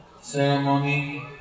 ceremony